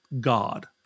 God